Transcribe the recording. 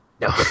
No